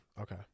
okay